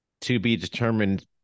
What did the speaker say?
to-be-determined